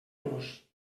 los